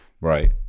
Right